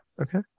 Okay